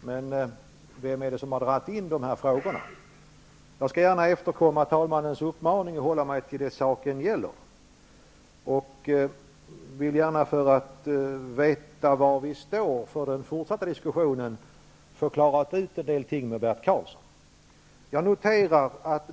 Men vem är det som har dragit in de frågorna? Jag skall gärna efterkomma talmannens uppmaning och hålla mig till det saken gäller. Jag vill gärna, för att veta var vi står inför den fortsatta diskussionen, få en del ting utklarade med Bert Karlsson.